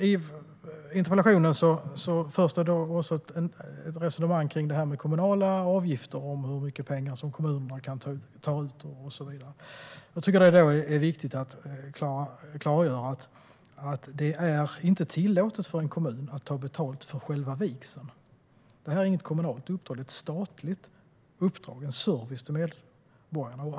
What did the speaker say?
I interpellationen förs ett resonemang om kommunala avgifter och om hur mycket pengar kommunerna kan ta ut. Det är viktigt att klargöra att det inte är tillåtet för en kommun att ta betalt för själva vigseln. Detta är inget kommunalt utan ett statligt uppdrag och en service till medborgarna.